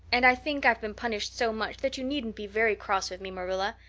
and i think i have been punished so much that you needn't be very cross with me, marilla.